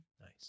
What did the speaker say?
Nice